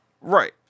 Right